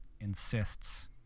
insists